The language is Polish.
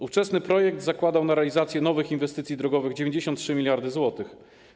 Ówczesny projekt zakładał na realizację nowych inwestycji drogowych 93 mld zł.